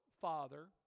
father